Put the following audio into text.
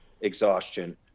exhaustion